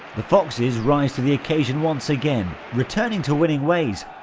the foxes rise to the occasion once again, returning to winning ways,